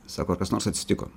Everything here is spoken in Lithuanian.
sako ar kas nors atsitiko